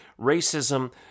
racism